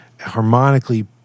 harmonically